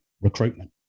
recruitment